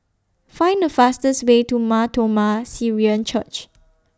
Find The fastest Way to Mar Thoma Syrian Church